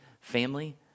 family